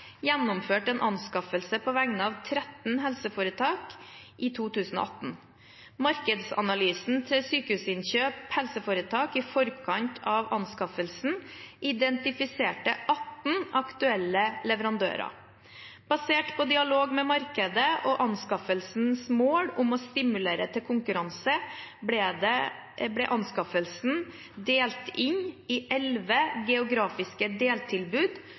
gjennomførte en anskaffelse på vegne av 13 helseforetak i 2018. Markedsanalysen til Sykehusinnkjøp HF i forkant av anskaffelsen identifiserte 18 aktuelle leverandører. Basert på dialog med markedet og anskaffelsens mål om å stimulere til konkurranse ble anskaffelsen delt inn i elleve geografiske deltilbud,